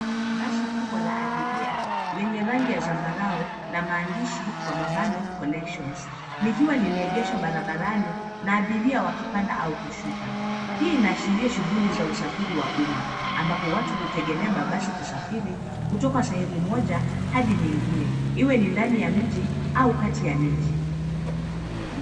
Basi kubwa la abiria, lenye rangi ya zambarau na maandishi kwa mabano connections , likiwa limeegeshwa barabarani na abiria wakipanda au kushuka. Hii inaashiria shughuli za usafiri wa umma, ambapo watu hutegemea mabasi kusafiri, kutoka sehemu moja hadi nyingine. Iwe ni ndani ya mji au kati ya miji.